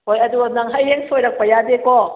ꯍꯣꯏ ꯑꯗꯨ ꯅꯪ ꯍꯌꯦꯡ ꯁꯣꯏꯔꯛꯄ ꯌꯥꯗꯦꯀꯣ